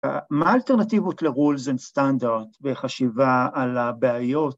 ‫מה האלטרנטיבות ל-rules and standards ‫וחשיבה על הבעיות?